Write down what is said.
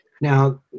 Now